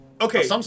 Okay